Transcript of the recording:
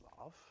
love